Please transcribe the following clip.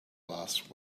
last